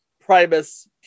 Primus